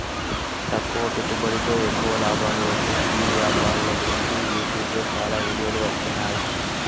తక్కువ పెట్టుబడితో ఎక్కువ లాభాలు వచ్చే చిన్న వ్యాపారుల గురించి యూట్యూబ్లో చాలా వీడియోలు వస్తున్నాయి